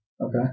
Okay